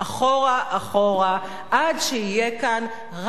אחורה, אחורה, עד שיהיה כאן רק